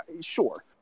sure